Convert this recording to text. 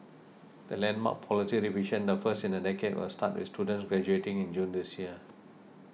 the landmark policy revision the first in a decade will start with students graduating in June this year